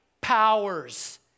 powers